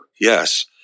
yes